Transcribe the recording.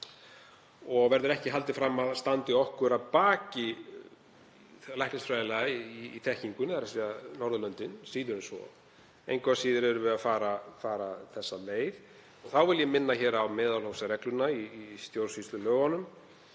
og verður ekki haldið fram að standi okkur að baki læknisfræðilega í þekkingunni, þ.e. Norðurlöndin, síður en svo. Engu að síður erum við að fara þessa leið. Þá vil ég minna á meðalhófsregluna í stjórnsýslulögunum,